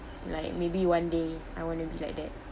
like maybe one day I want to be like that